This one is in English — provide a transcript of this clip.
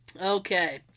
Okay